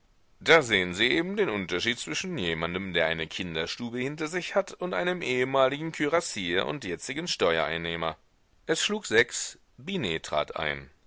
da sehen sie eben den unterschied zwischen jemandem der eine kinderstube hinter sich hat und einem ehemaligen kürassier und jetzigen steuereinnehmer es schlug sechs binet trat ein